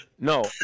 No